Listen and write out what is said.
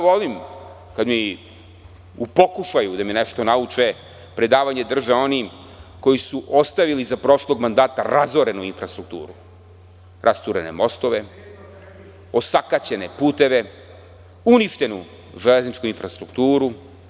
Volim kada u pokušaju da me nešto nauče, predavanje drže oni koji su ostavili za prošlog mandata razorenu infrastrukturu, rasturene mostove, osakaćene puteve, uništenu železničku infrastrukturu.